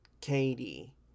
Katie